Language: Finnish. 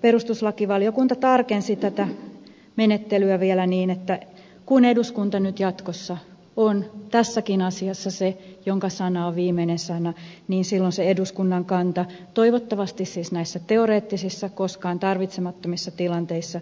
perustuslakivaliokunta tarkensi tätä menettelyä vielä niin että kun eduskunta nyt jatkossa on tässäkin asiassa se jonka sana on viimeinen sana niin silloin se eduskunnan kanta toivottavasti siis näissä teoreettisissa koskaan tarvitsemattomissa tilanteissa